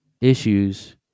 issues